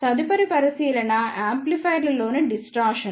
తదుపరి పరిశీలన యాంప్లిఫైయర్లలోని డిస్టార్షన్